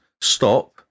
stop